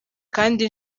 kandi